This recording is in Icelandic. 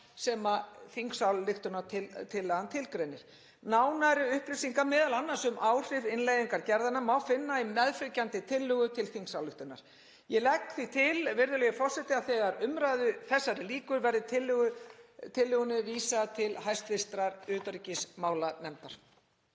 sem þingsályktunartillagan tilgreinir. Nánari upplýsingar, m.a. um áhrif innleiðingar gerðanna, má finna í meðfylgjandi tillögu til þingsályktunar. Ég legg því til, virðulegi forseti, að þegar umræðu þessari lýkur verði tillögunni vísað til hv. utanríkismálanefndar.